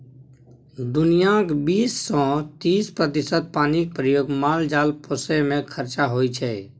दुनियाँक बीस सँ तीस प्रतिशत पानिक प्रयोग माल जाल पोसय मे खरचा होइ छै